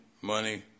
money